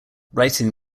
writing